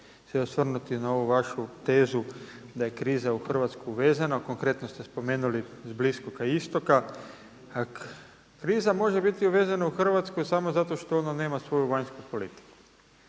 se osvrnuti na ovu vašu tezu da je kriza u Hrvatskoj uvezena. Konkretno ste spomenuli s Bliskoga istoka. Kriza može biti uvezena u Hrvatsku samo zato što ona nema svoju vanjsku politiku.